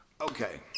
Okay